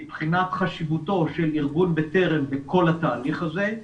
מבחינת חשיבותו של ארגון "בטרם" בכל התהליך הזה.